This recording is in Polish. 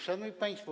Szanowni Państwo!